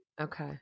Okay